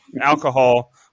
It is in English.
alcohol